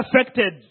affected